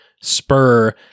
spur